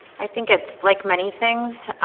i think it's like many things.